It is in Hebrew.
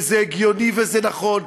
וזה הגיוני וזה נכון,